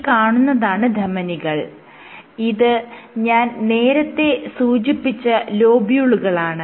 ഈ കാണുന്നതാണ് ധമനികൾ ഇത് ഞാൻ നേരത്തെ സൂചിപ്പിച്ച ലോബ്യൂളുകളാണ്